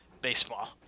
Baseball